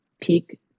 peak